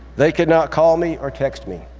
they could not call me or text me.